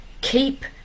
Keep